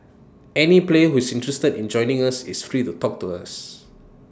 any player who is interested in joining us is free to talk to us